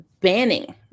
banning